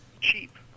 cheap